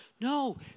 No